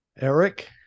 Eric